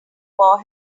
war